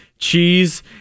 Cheese